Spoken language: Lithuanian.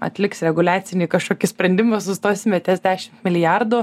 atliks reguliacinį kažkokį sprendimą sustosime ties dešimt milijardų